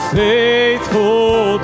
faithful